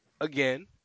again